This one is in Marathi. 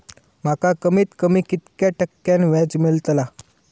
माका कमीत कमी कितक्या टक्क्यान व्याज मेलतला?